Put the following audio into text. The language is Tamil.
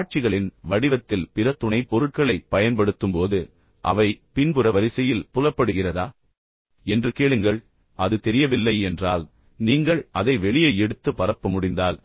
காட்சிகளின் வடிவத்தில் பிற துணைப் பொருட்களைப் பயன்படுத்தும்போது அவை பின்புற வரிசையில் புலப்படுகிறதா என்று கேளுங்கள் நீங்கள் அவர்களிடம் கேட்கலாம் அது தெரியவில்லை என்றால் நீங்கள் அதை வெளியே எடுத்து பரப்ப முடிந்தால்